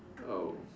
oh